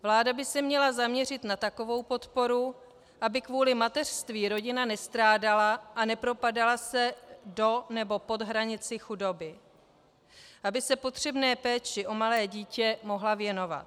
Vláda by se měla zaměřit na takovou podporu, aby kvůli mateřství rodina nestrádala a nepropadala se do nebo pod hranici chudoby, aby se potřebné péči o malé dítě mohla věnovat.